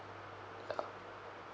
ya